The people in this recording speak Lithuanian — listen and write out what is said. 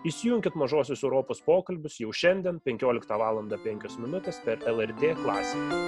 įsijunkit mažuosius europos pokalbius jau šiandien penkioliktą valandą penkios minutės per lrt klasiką